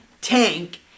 tank